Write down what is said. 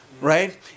Right